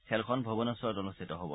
খেলখন ভুৱনেখৰত অনুষ্ঠিত হ'ব